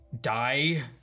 die